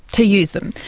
to use them.